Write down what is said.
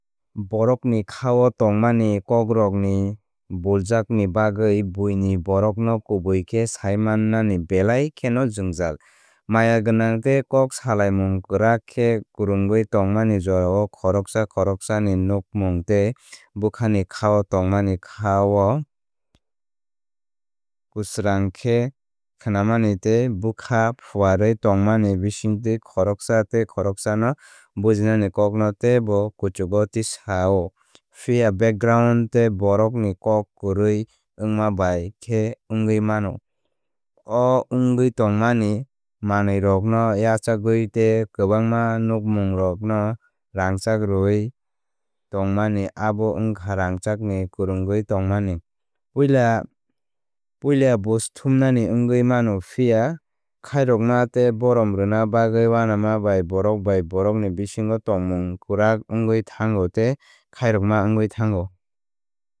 Borokni kháo tongmani kókrokni buljakni bagwi buini borokno kubui khe saimannani belai kheno jwngjal. Maya gwnang tei kok salaimung kwrak khe kwrwngwi tongmani jorao khoroksa khoroksani nukmung tei bwkhani kháo tongmani kha o. Kwsrang khe khnamani tei bwkha phuarwi tongmani bisingtwi khoroksa tei khoroksano bujinani kokno teibo kuchugo tisao. Phiya background tei borokni kok kwrwi wngma bai khe wngwi mano. O wngwi tongmani manwirokno yachakjagwi tei kwbangma nukmungrokno rangchak rwwi tongmani abo wngkha rangchakni kwrwngwi tongmani. Puila buj thumnani wngwi mano phiya khairokma tei borom rwna bagwi uanama bai borok bai borok ni bisingo tongmung kwrak wngwi thango tei khairokma wngwi thango.